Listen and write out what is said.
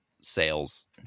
sales